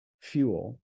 fuel